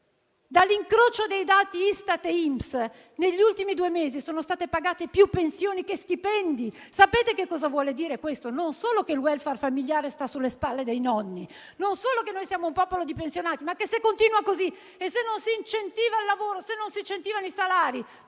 dall'incrocio dei dati Istat e INPS risulta che negli ultimi due mesi sono state pagate più pensioni che stipendi e questo significa non solo che il *welfare* familiare sta sulle spalle dei nonni, non solo che siamo un popolo di pensionati, ma che, se continua così e se non si incentiva il lavoro, se non si incentivano i salari,